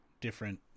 different